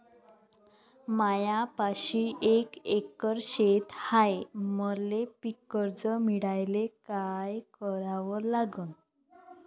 मायापाशी एक एकर शेत हाये, मले पीककर्ज मिळायले काय करावं लागन?